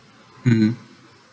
mm